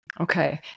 Okay